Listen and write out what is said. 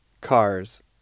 cars